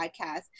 Podcast